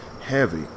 heavy